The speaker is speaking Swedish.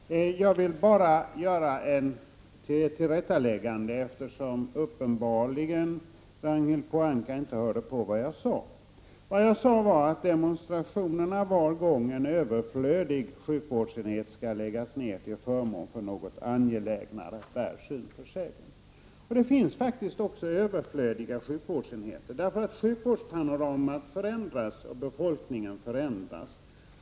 Fru talman! Låt mig bara göra ett tillrättaläggande, eftersom Ragnhild Pohanka uppenbarligen inte lyssnade på vad jag sade. Vad jag sade var att demonstrationerna var gång en överflödig sjukvårdsenhet skall läggas ned till förmån för något angelägnare bär syn för sägen. Det finns faktiskt också överflödiga sjukvårdsenheter. Sjukvårdspanoramat liksom befolkningstrukturen förändras nämligen.